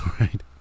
right